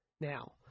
Now